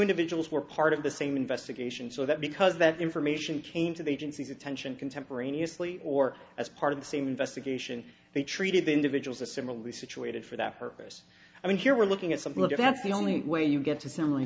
individuals were part of the same investigation so that because that information came to the agency's attention contemporaneously or as part of the same investigation they treated the individuals a similarly situated for that purpose i mean here we're looking at something like that's the only way you get to simil